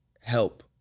help